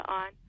on